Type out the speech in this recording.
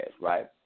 right